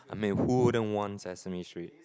I mean who wouldn't want Sesame Street